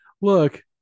look